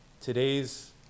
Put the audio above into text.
Today's